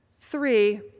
Three